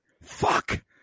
Fuck